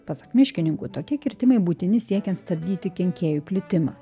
pasak miškininkų tokie kirtimai būtini siekiant stabdyti kenkėjų plitimą